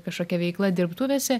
kažkokia veikla dirbtuvėse